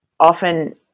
often